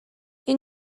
این